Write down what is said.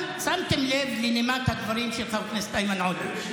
שמתם לב מנימת הדברים של חבר הכנסת איימן עודה.